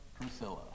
Priscilla